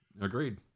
Agreed